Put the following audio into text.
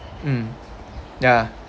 mm ya